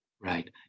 Right